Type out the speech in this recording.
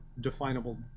definable